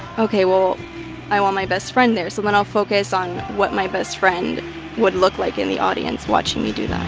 ok, well i want my best friend there, so then i'll focus on what my best friend would look like in the audience watching me do